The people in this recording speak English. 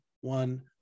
one